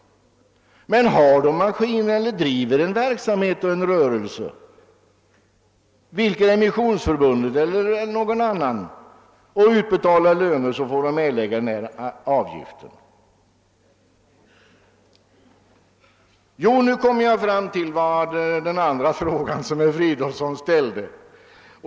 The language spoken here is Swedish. De som har maskiner eller driver någon rörelse — alldeles oavsett om det är Missionsförbundet eller någon annan — och utbetalar löner får erlägga den här avgiften. Nu kommer jag till den andra av de frågor som herr Fridolfsson ställde.